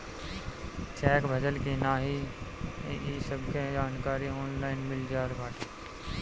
check भजल की नाही इ सबके जानकारी ऑनलाइन मिल जात बाटे